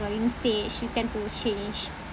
growing stage you tend to change